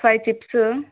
five chips